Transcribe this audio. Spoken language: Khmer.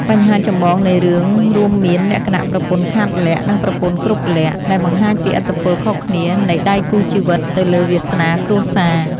បញ្ហាចម្បងនៃរឿងរួមមានលក្ខណៈប្រពន្ធខាតលក្ខណ៍ និងប្រពន្ធគ្រប់លក្ខណ៍ ដែលបង្ហាញពីឥទ្ធិពលខុសគ្នានៃដៃគូជីវិតទៅលើវាសនាគ្រួសារ។